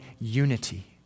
unity